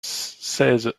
seize